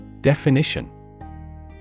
Definition